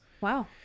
Wow